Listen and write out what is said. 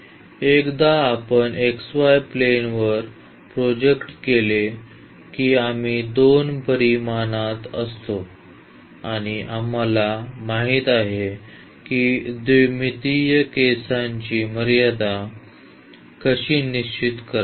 आणि एकदा आपण xy प्लेनवर प्रोजेक्ट केले की आम्ही दोन परिमाणात असतो आणि आम्हाला माहित आहे की द्विमितीय केसांची मर्यादा कशी निश्चित करावी